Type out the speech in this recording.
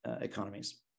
economies